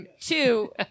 Two